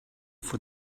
for